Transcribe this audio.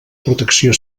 protecció